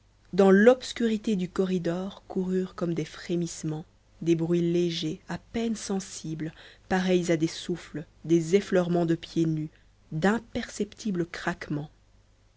dans l'obscurité du corridor coururent comme des frémissements des bruits légers à peine sensibles pareils à des souffles des effleurements de pieds nus d'imperceptibles craquements